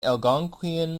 algonquian